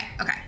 Okay